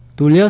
to yeah